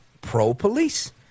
pro-police